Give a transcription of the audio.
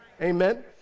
amen